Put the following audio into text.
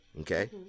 Okay